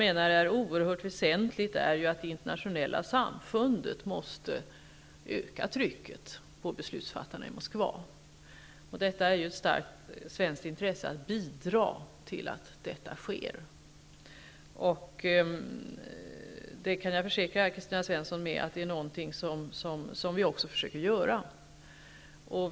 Det är oerhört väsentligt att det internationella samfundet ökar trycket på beslutsfattarna i Moskva, och det är ett starkt svenskt intresse att bidra till att detta sker. Jag kan försäkra Kristina Svensson att vi också försöker göra det.